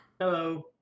Hello